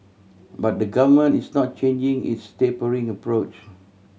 but the Government is not changing its tapering approach